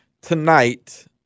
tonight